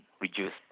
reduced